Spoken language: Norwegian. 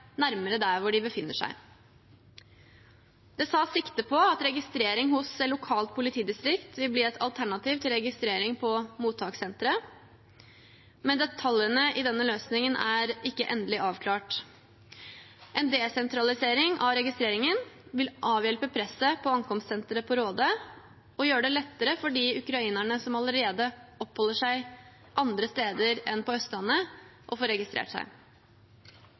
nærmere der de befinner seg. Det tas sikte på at registrering hos lokalt politidistrikt vil bli et alternativ til registrering på mottakssenteret, men detaljene i denne løsningen er ikke endelig avklart. En desentralisering av registreringen vil avhjelpe presset på ankomstsenteret i Råde og gjøre det lettere for de ukrainerne som allerede oppholder seg andre steder enn på Østlandet, å få registrert seg.